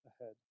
ahead